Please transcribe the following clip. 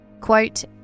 Quote